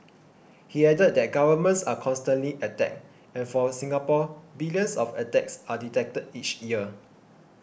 he added that governments are constantly attacked and for Singapore billions of attacks are detected each year